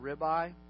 ribeye